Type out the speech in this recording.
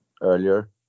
earlier